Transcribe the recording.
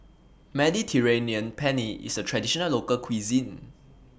Mediterranean Penne IS A Traditional Local Cuisine